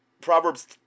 Proverbs